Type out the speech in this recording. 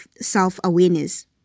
self-awareness